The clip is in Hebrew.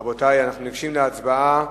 רבותי, אנחנו ניגשים להצבעה.